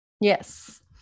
yes